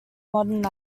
modern